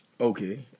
Okay